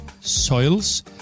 soils